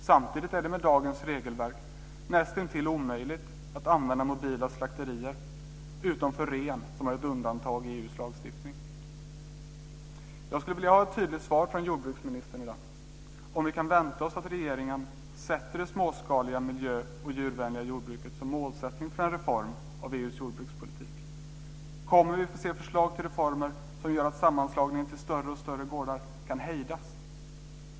Samtidigt är det med dagens regelverk näst intill omöjligt att använda mobila slakterier - utom för ren, som det finns ett undantag för i EU:s lagstiftning. Jag skulle i dag vilja få ett tydligt svar från jordbruksministern om vi kan vänta oss att regeringen sätter upp den småskaliga miljön och det djurvänliga jordbruket som mål för en reform av EU:s jordbrukspolitik. Kommer ett förslag till reformer som gör att sammanslagningen till större och större gårdar kan hejdas?